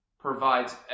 provides